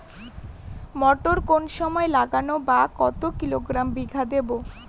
মটর কোন সময় লাগাবো বা কতো কিলোগ্রাম বিঘা দেবো?